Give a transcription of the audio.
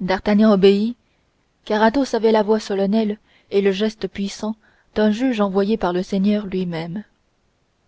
d'artagnan obéit car athos avait la voix solennelle et le geste puissant d'un juge envoyé par le seigneur lui-même